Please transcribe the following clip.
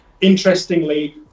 Interestingly